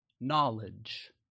Knowledge